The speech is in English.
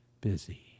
busy